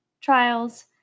trials